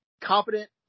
competent